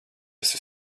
esi